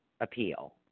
appeal